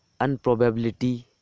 unprobability